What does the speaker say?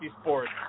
sports